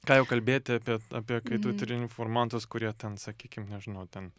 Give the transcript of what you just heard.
ką jau kalbėti apie apie kai turi informantus kurie ten sakykim nežinau ten